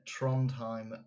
Trondheim